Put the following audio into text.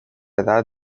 edad